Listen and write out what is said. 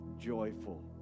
joyful